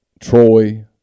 Troy